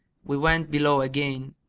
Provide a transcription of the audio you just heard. we went below again,